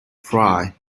fry